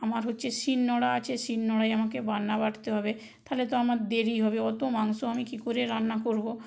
আমার হচ্ছে শিলনোড়া আছে শিলনোড়ায় আমাকে বাটনা বাটতে হবে তালে তো আমার দেরি হবে অতো মাংস আমি কি করে রান্না করবো